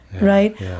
right